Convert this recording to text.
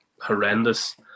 horrendous